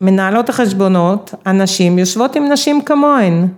‫מנהלות החשבונות, ‫הנשים יושבות עם נשים כמוהן.